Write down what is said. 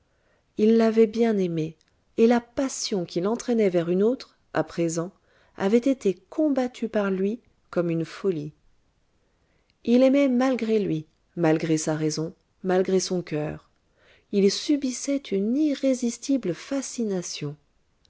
il l'avait bien aimée et la passion qui l'entraînait vers une autre à présent avait été combattue par lui comme une folie il aimait malgré lui malgré sa raison malgré son coeur il subissait une irrésistible fascination